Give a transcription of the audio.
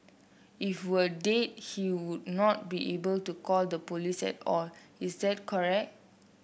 if were dead he would not be able to call the police at all is that correct